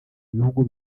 ibihugu